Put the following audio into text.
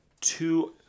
two